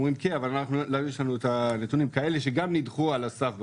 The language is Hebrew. שגם נדחו על הסף בוועדה,